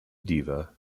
deva